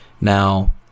Now